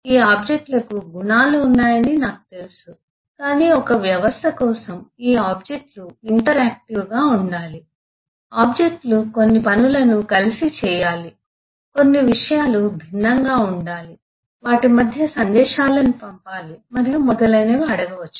ఈ ఆబ్జెక్ట్ లకు గుణాలు ఉన్నాయని నాకు తెలుసు కాని ఒక వ్యవస్థ కోసం ఈ ఆబ్జెక్ట్ లు ఇంటరాక్టివ్గా ఉండాలి ఆబ్జెక్ట్ లు కొన్ని పనులను కలిసి చేయాలి కొన్ని విషయాలు భిన్నంగా ఉండాలి వాటి మధ్య సందేశాలను పంపాలి మరియు మొదలైనవి అడగవచ్చు